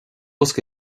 bosca